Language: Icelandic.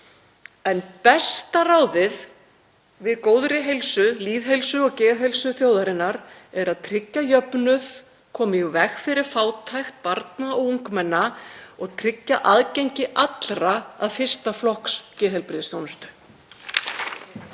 Besta ráðið fyrir góða heilsu, lýðheilsu og geðheilsu þjóðarinnar er að tryggja jöfnuð, koma í veg fyrir fátækt barna og ungmenna og tryggja aðgengi allra að fyrsta flokks geðheilbrigðisþjónustu.